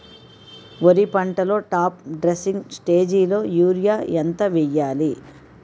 వరి పంటలో top dressing స్టేజిలో యూరియా ఎంత వెయ్యాలి?